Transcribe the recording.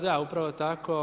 Da, upravo tako.